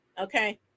okay